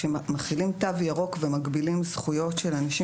כשמחילים תו ירוק ומגבילים זכויות של אנשים